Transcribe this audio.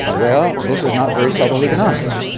ah well, this is not very subtle economics.